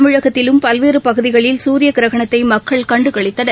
தமிழகத்திலும் பல்வேறுபகுதிகளில் சூரியகிரகணத்தைமக்கள் கண்டுகளித்தனர்